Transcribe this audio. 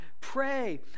Pray